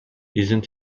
isn’t